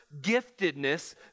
giftedness